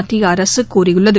மத்திய அரசு கூறியுள்ளது